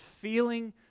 feeling